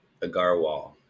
Agarwal